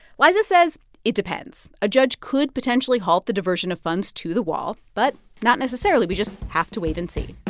liza says it depends. a judge could potentially halt the diversion of funds to the wall but not necessarily. we just have to wait and see